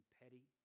petty